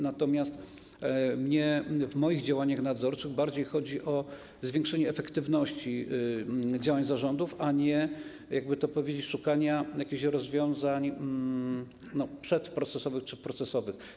Natomiast w moich działaniach nadzorczych bardziej chodzi o zwiększenie efektywności działań zarządów, a nie, jak by to powiedzieć, o szukanie jakichś rozwiązań przedprocesowych czy procesowych.